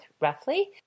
roughly